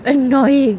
annoying